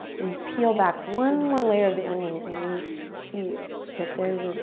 we peel back one more layer of the onion and we see that there's